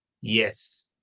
Yes